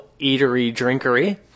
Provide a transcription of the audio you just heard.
eatery-drinkery